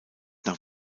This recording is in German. nach